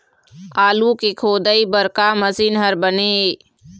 आलू के खोदाई बर का मशीन हर बने ये?